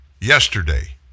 Yesterday